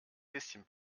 bisschen